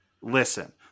Listen